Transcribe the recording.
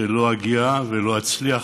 שלא אגיע ולא אצליח